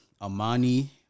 Amani